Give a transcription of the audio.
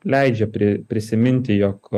leidžia prie prisiminti jog